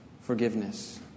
forgiveness